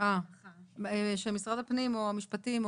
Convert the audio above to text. שמשרד הפנים או המשפטים,